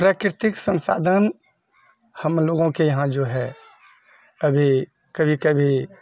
प्राकृतिक सन्साधन हमलोगो के यहाँ जो हे अभी कभी कभी